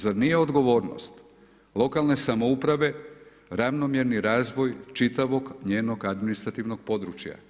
Zar nije odgovornost lokalne samouprave ravnomjerni razvoj čitavog njenog administrativnog područja?